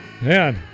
Man